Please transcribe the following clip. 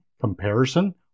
comparison